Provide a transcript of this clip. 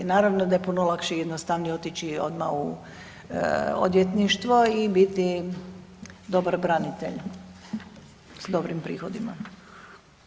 Naravno da je puno lakše i jednostavnije otići odmah u odvjetništvo i biti dobar branitelj s dobrim prihodima.